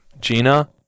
Gina